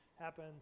happen